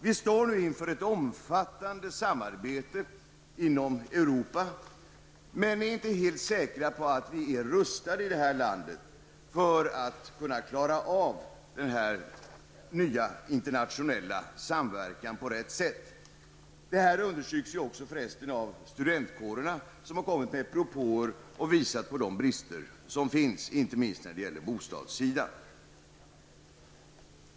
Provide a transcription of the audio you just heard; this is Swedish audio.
Vi står nu inför ett omfattande samarbete inom Europa, men vi är inte helt säkra på att vi i det här landet är rustade för att kunna klara av denna nya internationella samverkan på rätt sätt. Detta understryks också av studentkårerna, som har kommit med propåer och visat på de brister som finns, inte minst på bostadssidan.